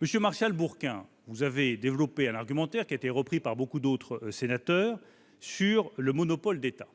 Monsieur Martial Bourquin, vous avez développé un argumentaire qui a été repris par beaucoup d'autres sénateurs sur le monopole d'État.